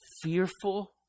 fearful